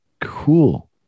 Cool